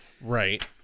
Right